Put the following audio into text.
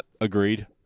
Agreed